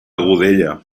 godella